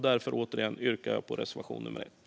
Därför yrkar jag bifall till reservation nummer 1.